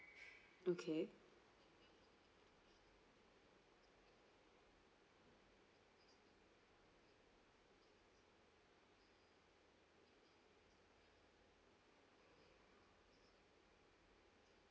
okay